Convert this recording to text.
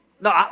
No